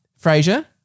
Frasier